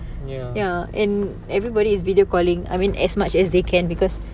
ya and everybody is video calling I mean as much as they can because